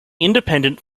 independent